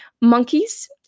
monkeys